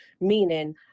meaning